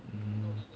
mmhmm